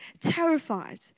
terrified